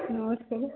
ନମସ୍କାର